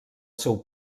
seu